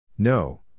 No